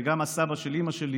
וגם סבא של אימא שלי,